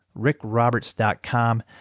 rickroberts.com